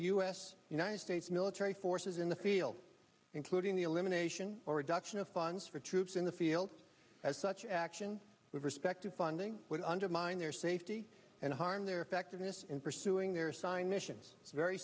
us united states military forces in the field including the elimination or reduction of funds for troops in the field as such action with respect to funding would undermine their safety and harm their effectiveness in pursuing their assigned missions